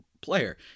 player